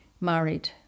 married